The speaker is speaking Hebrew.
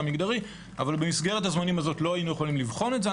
מגדרי אבל במסגרת הזאת לא היינו יכולים לבחון את זה.